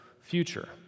future